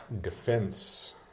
defense